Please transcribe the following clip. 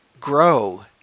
grow